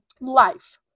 life